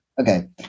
Okay